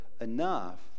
enough